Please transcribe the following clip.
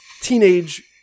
teenage